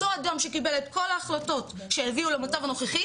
אותו אדם שקיבל את כל ההחלטות שהביאו למצב הנוכחי